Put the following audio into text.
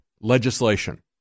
legislation